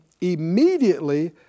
immediately